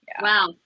Wow